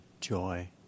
joy